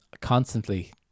constantly